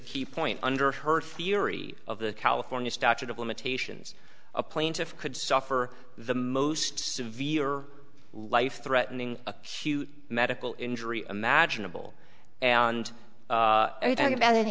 key point under her theory of the california statute of limitations a plaintiff could suffer the most severe life threatening acute medical injury imaginable and talk about an